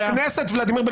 הוא לא חבר כנסת.